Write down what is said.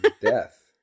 death